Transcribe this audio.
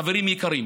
חברים יקרים,